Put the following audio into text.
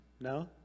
No